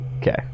Okay